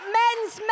men's